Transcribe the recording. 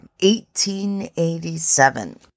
1887